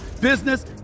business